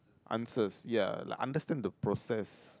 answers ya like understand the process